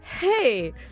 hey